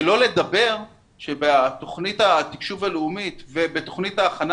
שלא לדבר על כך שבתוכנית התקשוב הלאומית ובתוכנית ההכנה